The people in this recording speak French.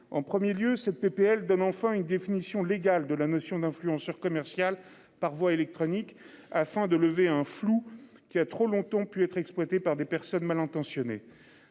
en 1er lieu cette PPL donne enfin une définition légale de la notion d'influenceur commerciale par voie électronique afin de lever un flou qui a trop longtemps pu être exploitées par des personnes malentendantes